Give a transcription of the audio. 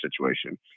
situation